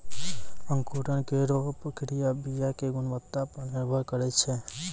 अंकुरन केरो क्रिया बीया क गुणवत्ता पर निर्भर करै छै